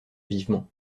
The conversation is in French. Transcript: vivement